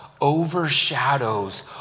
overshadows